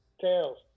Tails